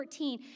14